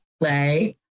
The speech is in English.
play